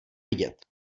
vidět